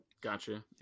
Gotcha